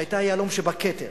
שהיתה היהלום שבכתר,